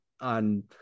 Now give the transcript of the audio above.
on